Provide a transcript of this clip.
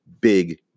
big